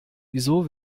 wieso